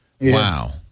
Wow